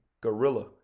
gorilla